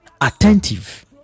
Attentive